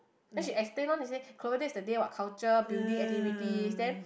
then she extend lor then she say clover day is the day what culture building activities then